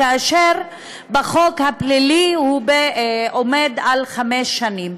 כאשר בחוק הפלילי הוא עומד על חמש שנים,